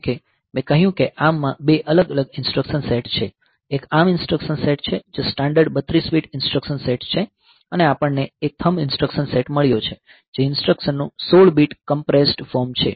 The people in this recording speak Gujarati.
જેમ મેં કહ્યું કે ARM માં બે અલગ અલગ ઇન્સટ્રકશન સેટ છે એક ARM ઇન્સટ્રકશન સેટ છે જે સ્ટાન્ડર્ડ 32 બીટ ઇન્સટ્રકશન સેટ છે અને આપણને એક થંબ ઇન્સટ્રકશન સેટ મળ્યો છે જે ઇન્સટ્રકશનનું 16 બીટ કંપરેસ્ડ ફોર્મ છે